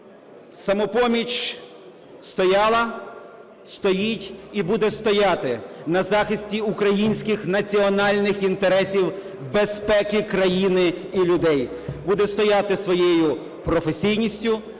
"Самопоміч" стояла, стоїть і буде стояти на захисті українських національних інтересів, безпеки країни і людей, буде стояти своєю професійністю,